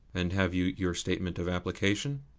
and have you your statement of application?